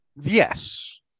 yes